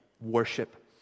worship